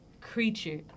creature